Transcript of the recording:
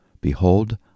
Behold